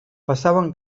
passaven